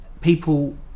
people